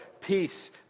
peace